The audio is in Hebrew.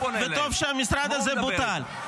--- וטוב שהמשרד הזה בוטל.